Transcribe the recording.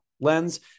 lens